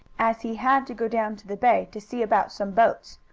as he had to go down to the bay to see about some boats.